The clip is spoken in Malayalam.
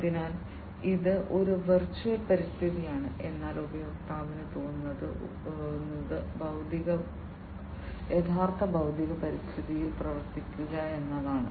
അതിനാൽ ഇത് ഒരു വെർച്വൽ പരിതസ്ഥിതിയാണ് എന്നാൽ ഉപയോക്താവിന് തോന്നുന്നത് ഉപയോക്താവ് യഥാർത്ഥ ഭൌതിക പരിതസ്ഥിതിയിൽ പ്രവർത്തിക്കുകയാണെന്ന്